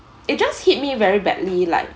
it just hit me very badly like